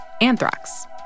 anthrax